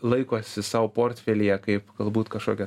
laikosi sau portfelyje kaip galbūt kažkokią